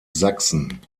sachsen